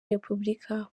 repubulika